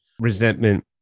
resentment